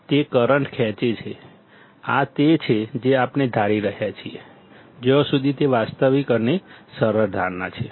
તે કરંટ ખેંચે છે આ તે છે જે આપણે ધારી રહ્યા છીએ જ્યાં સુધી તે વાસ્તવિક અને સરળ ધારણા છે